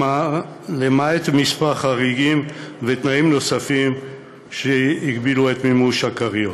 למעט כמה חריגים ותנאים נוספים שהגבילו את מימוש הכריות: